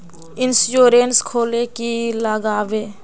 Insurance खोले की की लगाबे?